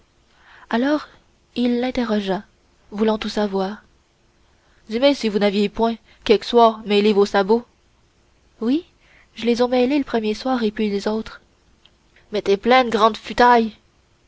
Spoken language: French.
alors il l'interrogea voulant tout savoir dis mé si vous n'avez point quéque soir mêlé vos sabots oui je les ons mêlés l'premier soir et puis l's autres mais t'es pleine grande futaille